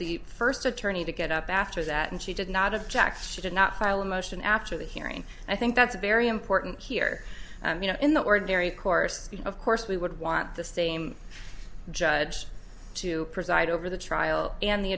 the first attorney to get up after that and she did not of jack's she did not file a motion after the hearing i think that's a very important here you know in the ordinary course of course we would want the same judge to preside over the trial and the